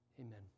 Amen